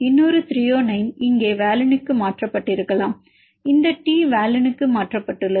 இன்னொரு த்ரோயோனைன் இங்கே வாலினுக்கு மாற்றப் பட்டிருக்கலாம் இந்த T வலினுக்கு மாற்றப்பட்டுள்ளது